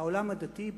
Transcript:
שהעולם הדתי,